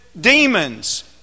demons